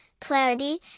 clarity